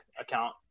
account